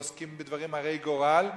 עוסקים בדברים הרי גורל,